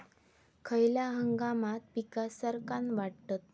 खयल्या हंगामात पीका सरक्कान वाढतत?